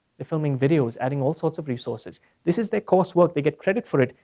they're filming videos adding all sorts of resources. this is the course work they get credit for it,